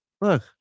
Look